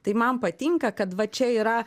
tai man patinka kad va čia yra